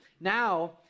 Now